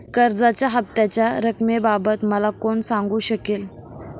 कर्जाच्या हफ्त्याच्या रक्कमेबाबत मला कोण सांगू शकेल?